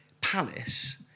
Palace